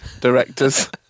directors